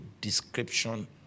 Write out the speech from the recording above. description